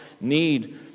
need